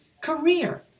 career